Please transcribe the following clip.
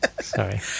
sorry